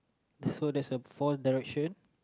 so there's a four direction